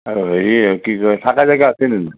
অঁ এই কি থাকা জেগা আছে ন